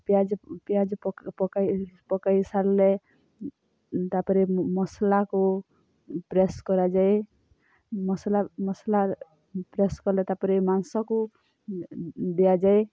ପିଆଜ ପିଆଜ ପକାଇ ସାରିଲେ ତାପରେ ମସଲାକୁ ପ୍ରେସ୍ କରାଯାଏ ମସଲା ମସଲା ପ୍ରେସ୍ କଲେ ତାପରେ ମାଂସକୁ ଦିଆଯାଏ